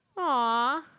Aw